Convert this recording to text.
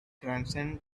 transcend